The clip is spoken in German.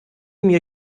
mir